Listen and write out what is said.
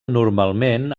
normalment